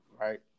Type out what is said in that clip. right